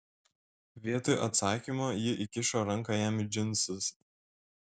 vietoj atsakymo ji įkišo ranką jam į džinsus